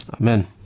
Amen